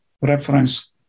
reference